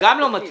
גם לא מתאים.